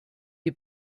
die